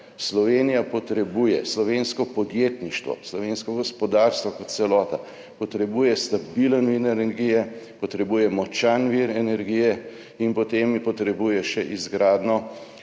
Slovenija potrebuje, slovensko podjetništvo, slovensko gospodarstvo kot celota potrebuje stabilen vir energije, potrebuje močan vir energije in potem potrebuje še izgradnjo